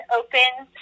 opens